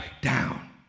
down